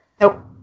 Nope